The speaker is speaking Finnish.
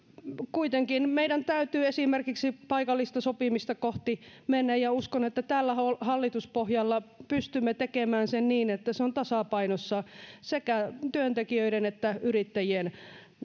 kuitenkin meidän täytyy esimerkiksi paikallista sopimista kohti mennä uskon että tällä hallituspohjalla pystymme tekemään sen niin että se on tasapainossa sekä työntekijöiden että yrittäjien